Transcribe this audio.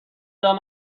دام